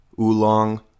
oolong